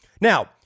Now